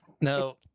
No